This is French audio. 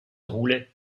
roulait